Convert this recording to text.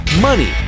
money